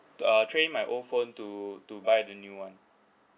to uh trade in my old phone to to buy the new one